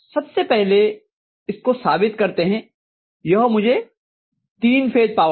सबसे पहले इसको साबित करते हैं यह मुझे तीन फेज पावर देगा